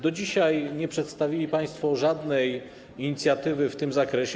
Do dzisiaj nie przedstawili państwo żadnej inicjatywy w tym zakresie.